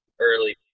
early